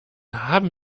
haben